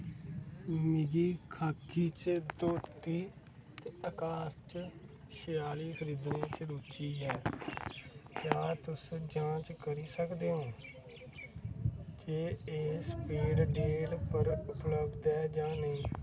मिगी खाखी च धोती ते आकार च छयाली खरीदने च रुचि ऐ क्या तुस जांच करी सकदे ओ जे एह् स्नैपडील पर उपलब्ध ऐ जां नेईं